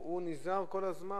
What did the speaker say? הוא נזהר כל הזמן,